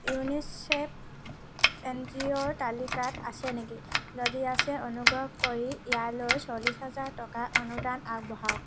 UNICEF এন জি অ'ৰ তালিকাত আছে নেকি যদি আছে অনুগ্ৰহ কৰি ইয়ালৈ চল্লিছ হেজাৰ টকাৰ অনুদান আগবঢ়াওক